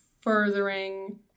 furthering